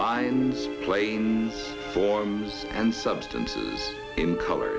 lines plain form and substance in color